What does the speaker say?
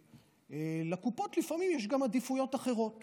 לקופות לפעמים יש גם עדיפויות אחרות